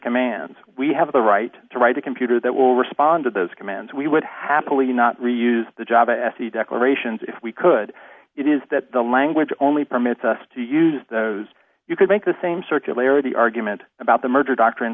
commands we have the right to write a computer that will respond to those commands we would happily not reuse the java se declarations if we could it is that the language only permits us to use those you could make the same circularity argument about the merger doctrine